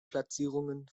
platzierungen